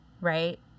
right